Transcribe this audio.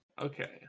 Okay